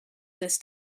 this